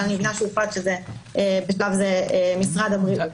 אבל אני מבינה שהוחלט בשלב זה משרד הבריאות.